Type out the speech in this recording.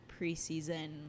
preseason